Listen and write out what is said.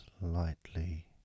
slightly